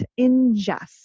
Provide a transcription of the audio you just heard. ingest